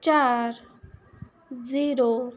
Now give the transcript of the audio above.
ਚਾਰ ਜ਼ੀਰੋ